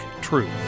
truth